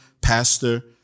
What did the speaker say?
Pastor